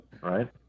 Right